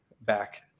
back